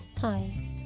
Hi